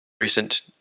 recent